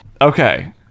okay